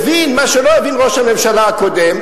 הבין מה שלא הבין ראש הממשלה הקודם,